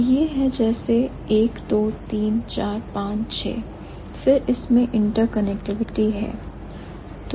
तो यह है जैसे 1 2 3 4 5 6 फिर इसमें इंटरकनेक्टिविटी है